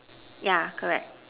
yeah correct